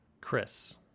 chris